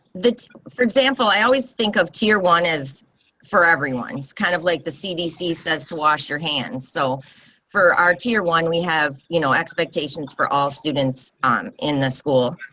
for example, i always think of tier one is for everyone's kind of like the cdc says to wash your hands so for our tier one we have you know expectations for all students on in the school.